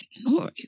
noise